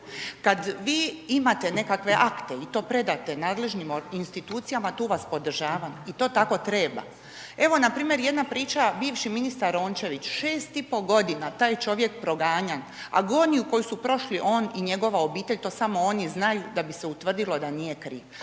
Kad vi imate nekakve akte i to predate nadležnim institucijama tu vas podržavam. I to tako treba. Evo, npr. jedna priča, bivši ministar Rončević, 6,5 godina taj čovjek proganjan, agoniju koji su prošli on i njegova obitelj, to samo oni znaju da bi se utvrdilo da nije kriv.